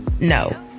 No